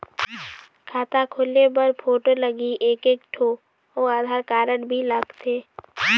खाता खोले बर फोटो लगही एक एक ठो अउ आधार कारड भी लगथे?